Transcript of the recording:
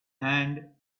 hand